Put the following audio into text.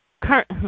current